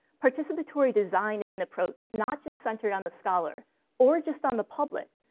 participatory design is an approach not just centered on the scholar or just on the public,